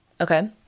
Okay